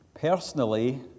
Personally